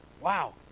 Wow